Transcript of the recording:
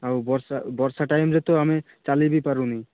ଆଉ ବର୍ଷା ବର୍ଷା ଟାଇମ୍ରେ ତ ଆମେ ଚାଲି ବି ପାରୁନି